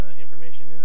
information